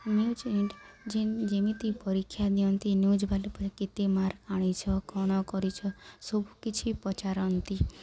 news ଯେ ଯେମିତି ପରୀକ୍ଷା ଦିଅନ୍ତି ନ୍ୟୁଜ୍ ବା କେତେ ମାର୍କ ଆଣିଛ କ'ଣ କରିଛ ସବୁ କିଛି ପଚାରନ୍ତି